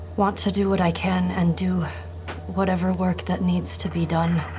want to do what i can and do whatever work that needs to be done.